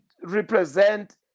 represent